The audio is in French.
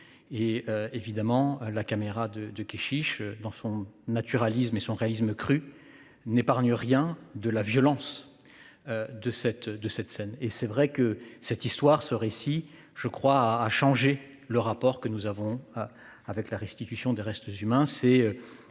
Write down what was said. Évidemment, la caméra de Kechiche, dans son naturalisme et dans son réalisme crus, n'épargne rien de la violence de cette scène. Il est vrai que cette histoire a changé le rapport que nous avons à la restitution des restes humains.